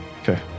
Okay